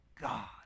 God